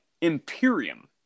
Imperium